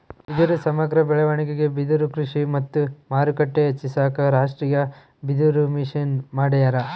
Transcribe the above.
ಬಿದಿರು ಸಮಗ್ರ ಬೆಳವಣಿಗೆಗೆ ಬಿದಿರುಕೃಷಿ ಮತ್ತು ಮಾರುಕಟ್ಟೆ ಹೆಚ್ಚಿಸಾಕ ರಾಷ್ಟೀಯಬಿದಿರುಮಿಷನ್ ಮಾಡ್ಯಾರ